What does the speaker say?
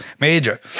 major